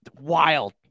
wild